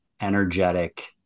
energetic